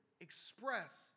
express